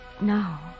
now